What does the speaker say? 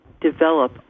develop